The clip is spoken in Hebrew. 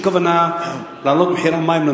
לא היתה שום כוונה להעלות את מחיר המים.